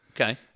Okay